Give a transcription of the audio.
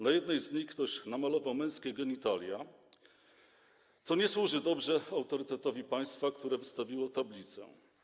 Na jednej z nich ktoś namalował męskie genitalia, co nie służy dobrze autorytetowi państwa, które wystawiło tablicę.